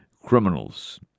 criminals